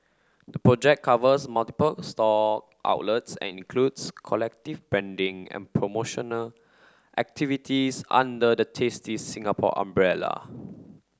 the project covers multiple store outlets and includes collective branding and promotional activities under the Tasty Singapore umbrella